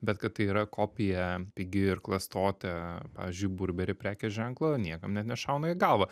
bet kad tai yra kopija pigi ir klastotė pavyzdžiui burberi prekės ženklo niekam net nešauna į galvą